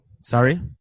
sorry